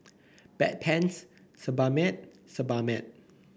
Bedpans Sebamed Sebamed